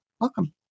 Welcome